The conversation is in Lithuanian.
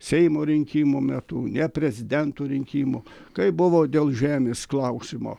seimo rinkimų metu ne prezidento rinkimų kai buvo dėl žemės klausimo